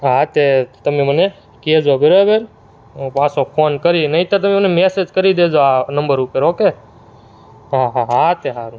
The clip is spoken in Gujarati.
હા તે તમે મને કહેજો બરાબર હું પાછો ફોન કરી નહીંતર તમે મને મેસેજ કરી દેજો આ નંબર ઉપર ઓકે હા હા હા તે સારું